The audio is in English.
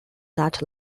that